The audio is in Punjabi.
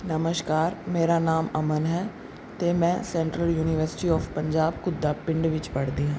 ਨਮਸਕਾਰ ਮੇਰਾ ਨਾਮ ਅਮਨ ਹੈ ਅਤੇ ਮੈਂ central university of Punjab Ghudda ਪਿੰਡ ਵਿੱਚ ਪੜ੍ਹਦੀ ਹਾਂ